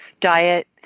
diet